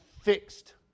fixed